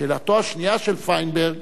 שאלתו השנייה של פיינברג